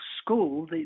school